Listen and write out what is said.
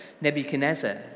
Nebuchadnezzar